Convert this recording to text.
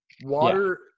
water